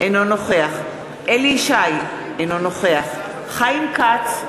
אינו נוכח אליהו ישי, אינו נוכח חיים כץ,